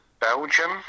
Belgium